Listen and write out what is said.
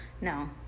No